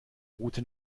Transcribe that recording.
route